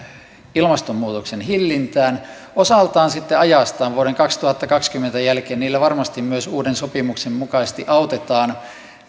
ilmastonmuutoksen hillintään osaltaan sitten aikanaan vuoden kaksituhattakaksikymmentä jälkeen niillä varmasti myös uuden sopimuksen mukaisesti autetaan